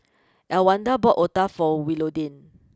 Elwanda bought Otah for Willodean